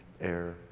air